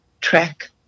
track